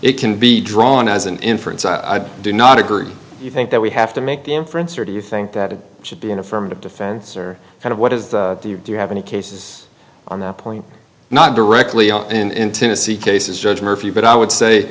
it can be drawn as an inference i do not agree you think that we have to make the inference or do you think that it should be an affirmative defense or kind of what is the do you have any cases on that point not directly in tennessee cases judge moore for you but i would say